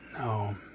no